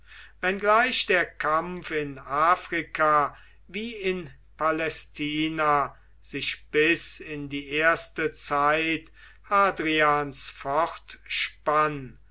nirgends wenngleich der kampf in afrika wie in palästina sich bis in die erste zeit hadrians